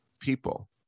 people